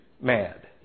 mad